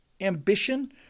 ambition